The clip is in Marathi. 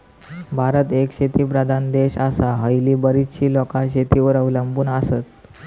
भारत एक शेतीप्रधान देश आसा, हयली बरीचशी लोकां शेतीवर अवलंबून आसत